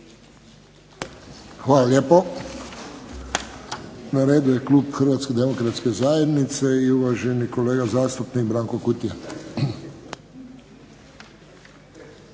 Hvala lijepo. Na redu je klub Hrvatske demokratske zajednice i uvaženi kolega zastupnik Branko Kutija.